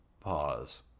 Pause